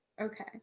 okay